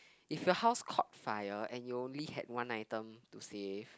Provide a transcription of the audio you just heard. if your house caught fire and you only have one item to save